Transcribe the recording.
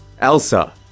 Elsa